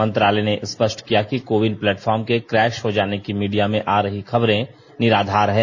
मंत्रालय ने स्पष्ट किया कि कोविन प्लेटफॉर्म के क्रैश हो जाने की मीडिया में आ रही खबरें निराधार हैं